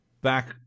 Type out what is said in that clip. back